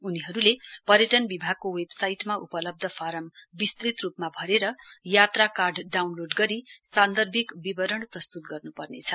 उनीहरूले पर्यटन विभागको वेबसाइटमा उपलब्ध फारम विस्तृत रूपमा भरेर यात्रा कार्ड डाउनलोक गरी सान्दर्भिक विवरण प्रस्तुत गर्नुपर्नेछ